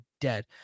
dead